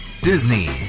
Disney